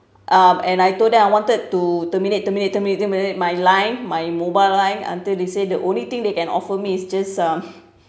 um and I told them I wanted to terminate terminate terminate terminate my line my mobile line until they say the only thing they can offer me is just uh